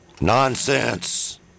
Nonsense